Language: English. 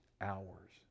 hours